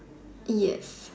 yes